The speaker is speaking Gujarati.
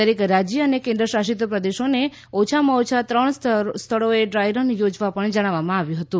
દરેક રાજ્ય અને કેન્દ્રશાસિત પ્રદેશોને ઓછામાં ઓછા ત્રણ સ્થળોએ ડ્રાય રન યોજવા જણાવ્યું હતું